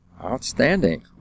Outstanding